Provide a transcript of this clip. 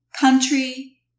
country